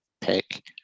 pick